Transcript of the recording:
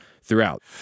throughout